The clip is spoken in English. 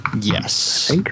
Yes